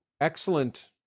excellent